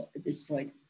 destroyed